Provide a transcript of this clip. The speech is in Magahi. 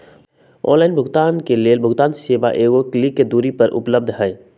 ऑनलाइन भुगतान के लेल भुगतान सेवा एगो क्लिक के दूरी पर उपलब्ध हइ